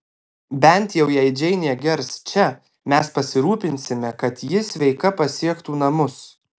bent jau jei džeinė gers čia mes pasirūpinsime kad ji sveika pasiektų namus